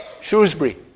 Shrewsbury